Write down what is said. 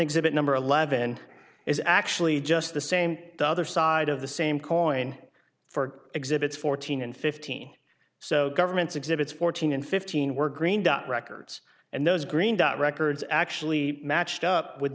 exhibit number eleven is actually just the same the other side of the same coin for exhibits fourteen and fifteen so governments exhibits fourteen and fifteen were green dot records and those green dot records actually matched up with